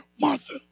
Martha